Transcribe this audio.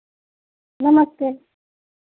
नमस्ते